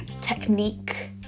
technique